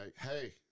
hey